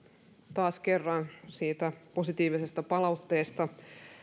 taas kerran siitä positiivisesta palautteesta